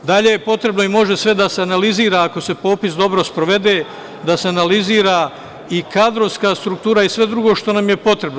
Dalje, potrebno je i sve može da se analizira, ako se popis dobro sprovede, da se analizira i kadrovska struktura i sve drugo što nam je potrebno.